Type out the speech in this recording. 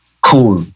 cool